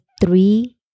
three